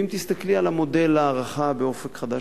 אם תסתכלי על מודל ההערכה ב"אופק חדש"